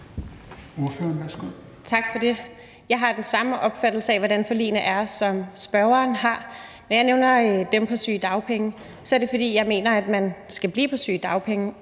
Jeg har den samme opfattelse af, hvordan forligene er, som spørgeren har. Når jeg nævner dem på sygedagpenge, er det, fordi jeg mener, at man skal blive på sygedagpenge